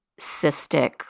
cystic